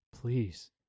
please